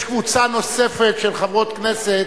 יש קבוצה נוספת של חברות כנסת,